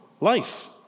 life